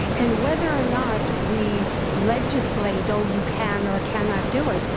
and whether or not we legislate, oh, you can or cannot do it,